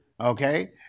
Okay